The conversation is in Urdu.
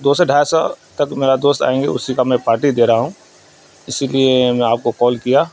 دو سو ڈھائی سو تک میرا دوست آئیں گے اسی کا میں پارٹی دے رہا ہوں اسی لیے میں آپ کو کال کیا